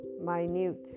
minute